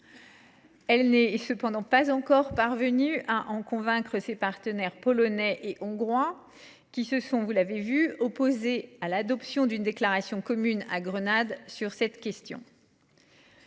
Elle n’est toutefois pas encore parvenue à en convaincre ses partenaires polonais et hongrois, qui se sont – vous l’avez vu – opposés à l’adoption d’une déclaration commune à Grenade sur cette question.